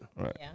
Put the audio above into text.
Right